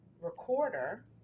recorder